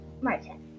Martin